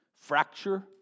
Fracture